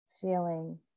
feeling